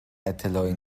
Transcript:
اطلاعی